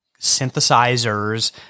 synthesizers